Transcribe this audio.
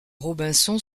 robinson